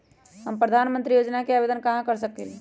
हम प्रधानमंत्री योजना के आवेदन कहा से कर सकेली?